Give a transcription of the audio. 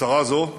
הצהרה זו,